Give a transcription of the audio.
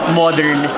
modern